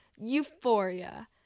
euphoria